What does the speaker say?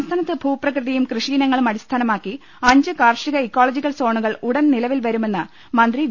സംസ്ഥാനത്ത് ഭൂപ്രകൃതിയും കൃഷി ഇനങ്ങളും അടിസ്ഥാനമാക്കി അഞ്ച് കാർഷിക ഇക്കോളജിക്കൽ സോണുകൾ ഉടൻ നിലവിൽ വരുമെ ന്ന് മന്ത്രി വി